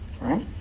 Right